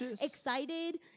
excited